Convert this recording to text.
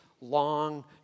long